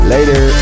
Later